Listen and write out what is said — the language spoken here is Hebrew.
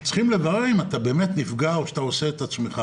כי צריכים לברר אם אתה באמת נפגע או שאתה עושה את עצמך,